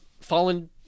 fallen